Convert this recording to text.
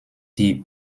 die